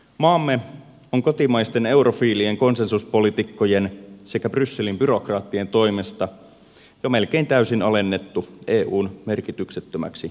maamme on kotimaisten eurofiilien konsensuspoliitikkojen sekä brysselin byrokraattien toimesta jo melkein täysin alennettu eun merkityksettömäksi sivuprovinssiksi